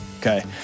okay